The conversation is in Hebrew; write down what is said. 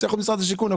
צריך להיות משרד השיכון.